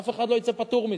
אף אחד לא יצא פטור מזה.